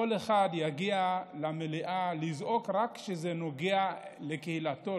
כל אחד יגיע למליאה לזעוק רק כשזה נוגע לקהילתו,